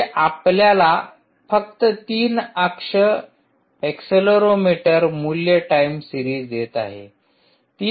हे आपल्याला फक्त 3 अक्ष एक्सेलरोमीटर मूल्य टाईम सीरिज देत आहे